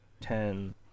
ten